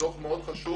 דוח מאוד חשוב.